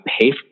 pay